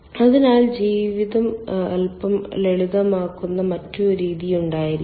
അതിനാൽ ജീവിതം അൽപ്പം ലളിതമാക്കുന്ന മറ്റൊരു രീതി ഉണ്ടായിരിക്കണം